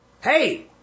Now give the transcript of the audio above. hey